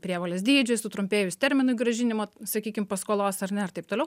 prievolės dydžiui sutrumpėjus terminui grąžinimo sakykim paskolos ar ne ar taip toliau